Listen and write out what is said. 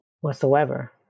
whatsoever